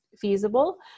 feasible